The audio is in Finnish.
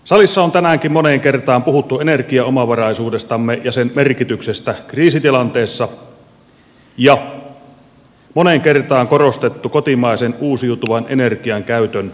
salissa on tänäänkin moneen kertaan puhuttu energiaomavaraisuudestamme ja sen merkityksestä kriisitilanteessa ja moneen kertaan korostettu kotimaisen uusiutuvan energian käytön lisäämistä